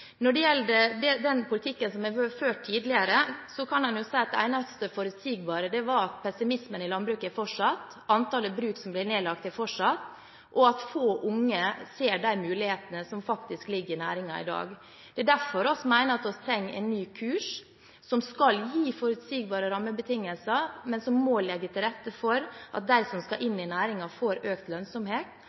Når det gjelder den politikken som har vært ført tidligere, kan en jo si at det eneste forutsigbare var at pessimismen i landbruket har fortsatt, antallet bruk som blir nedlagt, har økt, og at få unge ser de mulighetene som faktisk ligger i næringen i dag. Det er derfor vi mener at vi trenger en ny kurs som skal gi forutsigbare rammebetingelser, men som må legge til rette for at de som skal inn i næringen, får økt lønnsomhet